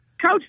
Coach